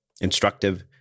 instructive